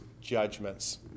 judgments